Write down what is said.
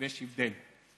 ויש הבדל.